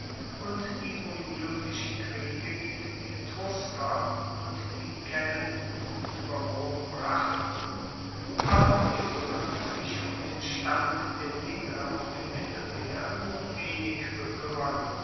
und die ungluecklichen kriege gegen die etrusker und die kelten ueber rom brachten konnten die roemer sich um den stand der dinge auf dem mittelmeer nur wenig bekuemmern